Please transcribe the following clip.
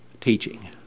teaching